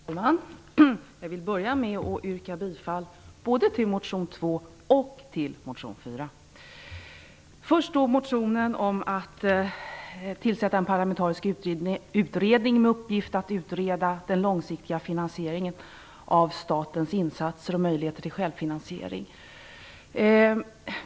Herr talman! Jag vill börja med att yrka bifall till både reservation 2 och reservation 4. Först reservationen om att tillsätta en parlamentarisk utredning med uppgift att utreda den långsiktiga finansieringen av statens insatser och möjligheter till självfinansiering.